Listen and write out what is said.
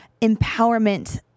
empowerment